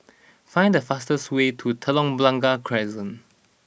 find the fastest way to Telok Blangah Crescent